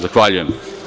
Zahvaljujem.